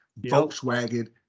Volkswagen